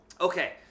okay